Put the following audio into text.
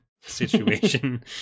situation